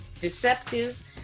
deceptive